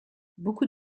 beaucoup